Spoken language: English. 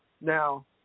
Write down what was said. Now